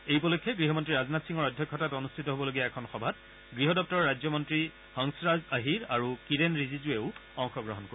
এই উপলক্ষে গৃহমন্ত্ৰী ৰাজনাথ সিঙৰ অধ্যক্ষতাত অনুষ্ঠিত হ'বলগীয়া এখন সভাত গৃহ দপ্তৰৰ ৰাজ্য মন্ত্ৰী হংসৰাজ আহিৰ আৰু কিৰেণ ৰিজিজুৱেও অংশগ্ৰহণ কৰিব